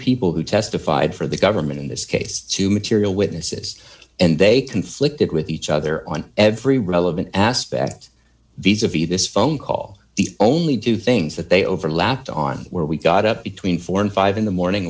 people who testified for the government in this case two material witnesses and they conflicted with each other on every relevant aspect these of you this phone call the only do things that they overlapped on where we got up between four and five in the morning